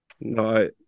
No